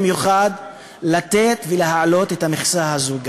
במיוחד לתת ולהעלות גם את המכסה הזו.